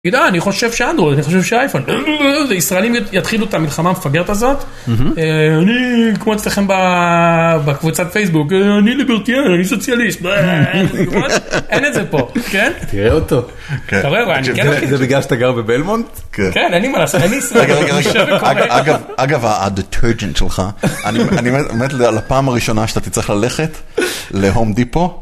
אני חושב שאינדרואיד, אני חושב שאייפון. ישראלים יתחילו את המלחמה המפגרת הזאת. אני, כמו אצלכם בקבוצת פייסבוק, אני ליברטיאן, אני סוציאליסט. אין את זה פה. תראה אותו. זה בגלל שאתה גר בבלמונט? כן, אין לי מה לעשות. אגב, הדטרג'נט שלך. אני אומר לך, לפעם הראשונה שאתה תצטרך ללכת, להום דיפו.